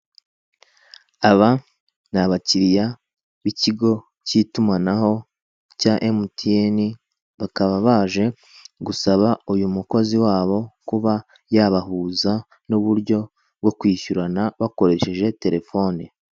Aba n'abakiriya bikigo kitumanaho cya MTN, bakabaje gusa uyumukozi wabo kuba yabahuza n'uburyo bwo kwishyurana ukoresheje telefone.